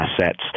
assets